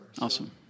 Awesome